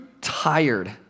tired